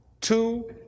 Two